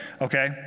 Okay